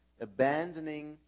abandoning